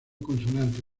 consonante